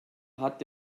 hat